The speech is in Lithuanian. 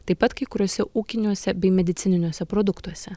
taip pat kai kuriuose ūkiniuose bei medicininiuose produktuose